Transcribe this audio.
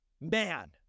man